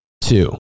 Two